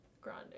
Grande